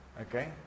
Okay